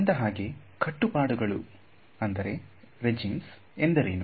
ಅಂದಹಾಗೆ ಕಟ್ಟುಪಾಡುಗಳು ಎಂದರೇನು